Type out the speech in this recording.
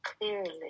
clearly